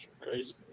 Crazy